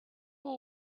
will